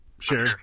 Sure